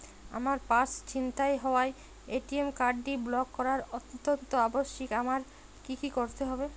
আমার পার্স ছিনতাই হওয়ায় এ.টি.এম কার্ডটি ব্লক করা অত্যন্ত আবশ্যিক আমায় কী কী করতে হবে?